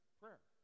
prayer